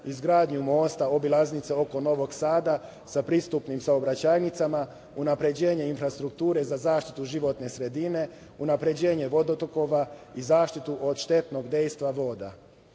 izgradnju mosta, obilaznice oko Novog Sada sa pristupnim saobraćajnicama, unapređenje infrastrukture za zaštitu životne sredine, unapređenje vodotokova i zaštitu od štetnog dejstva voda. Kada